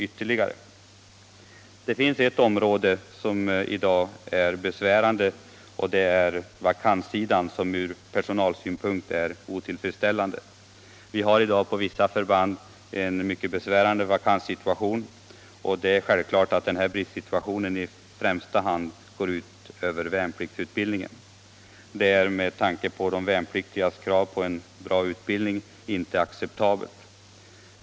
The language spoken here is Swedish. Dessutom kan en rad faktorer medföra att denna siffra stiger ytterligare. Vi har i dag på vissa förband ett mycket besvärande vakansläge, och det är självklart att detta i första hand går ut över värnpliktsutbildningen. Det är med tanke på de värnpliktigas krav på en god utbildning inte acceptabelt.